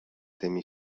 tymi